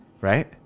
Right